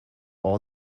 all